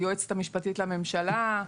היועצת המשפטית לממשלה.